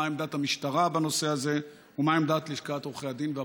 מה עמדת המשטרה בנושא הזה ומה עמדת לשכת עורכי הדין והפרקליטות?